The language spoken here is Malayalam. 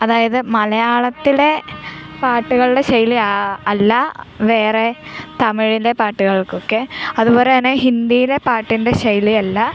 അതായത് മലയാളത്തിലെ പാട്ടുകളുടെ ശൈലി ആ അല്ല വേറെ തമിഴിലെ പാട്ടുകൾക്കൊക്കെ അതുപോലെതന്നെ ഹിന്ദിയിലെ പാട്ടിൻ്റെ ശൈലിയല്ല